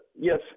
Yes